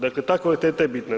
Dakle, ta kvaliteta je bitna.